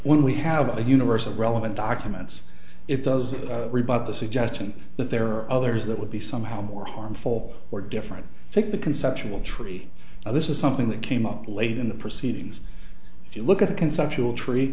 when we have a universe of relevant documents it does rebut the suggestion that there are others that would be somehow more harmful or different think the conceptual tree this is something that came up late in the proceedings if you look at the conceptual tre